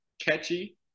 catchy